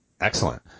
excellent